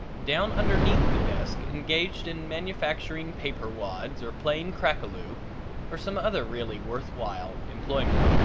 down underneath the desk engaged in manufacturing paper wads or playing crack-a-loo or some other really worth while employment.